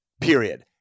period